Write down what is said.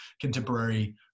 contemporary